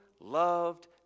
loved